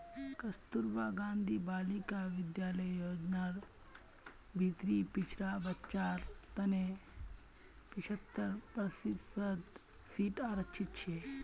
कस्तूरबा गांधी बालिका विद्यालय योजनार भीतरी पिछड़ा बच्चार तने पिछत्तर प्रतिशत सीट आरक्षित छे